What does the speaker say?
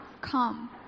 Come